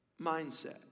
mindset